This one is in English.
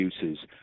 uses